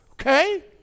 okay